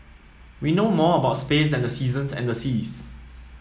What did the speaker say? we know more about space than the seasons and the seas